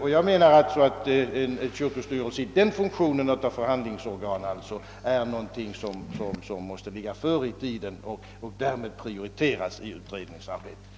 Jag menar att frågan om kyrkostyrelsens funktion av förhandlingsorgan ligger närmare i tiden än andra och därför måste prioriteras i utredningsarbetet.